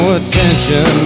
attention